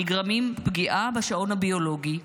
נגרמים פגיעה בשעון הביולוגי,